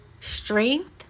strength